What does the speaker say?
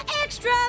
extra